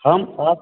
हम आप